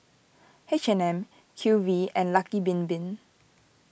H and M Q V and Lucky Bin Bin